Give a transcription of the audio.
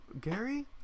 Gary